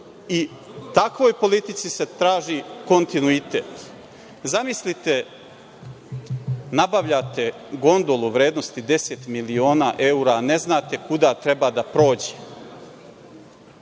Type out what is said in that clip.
i takvoj politici se traži kontinuitet. Zamislite, nabavljate gondolu u vrednosti od 10 miliona evra, ne znate kuda treba da prođe.